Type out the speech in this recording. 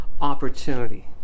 opportunity